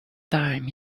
time